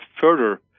further